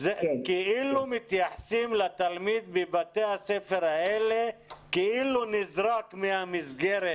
מתייחסים לתלמיד בבתי הספר האלה כאילו נזרק מהמסגרת